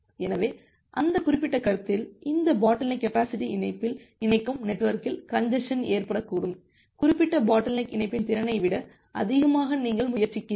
எனவே அந்த குறிப்பிட்ட கருத்தில் இந்த பாட்டில்நெக் கெப்பாசிட்டி இணைப்பில் இணைக்கும் நெட்வொர்க்கில் கஞ்ஜசன் ஏற்படக்கூடும் குறிப்பிட்ட பாட்டில்நெக் இணைப்பின் திறனை விட அதிகமாக நீங்கள் முயற்சிக்கிறீர்கள்